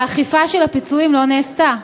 והאכיפה של הפיצויים לא נעשתה.